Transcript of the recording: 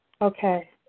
Okay